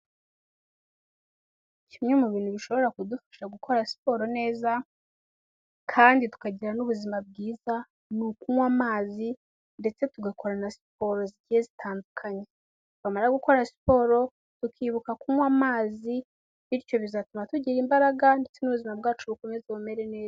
Kimwe mu bintu bishobora kudufasha gukora siporo neza, kandi tukagira n'ubuzima bwiza n’ ukunywa amazi ndetse tugakora na siporo zigiye zitandukanye, wamara gukora siporo tukibuka kunywa amazi, bityo bizatuma tugira imbaraga ndetse n'ubuzima bwacu bukomeze bumere neza.